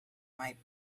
might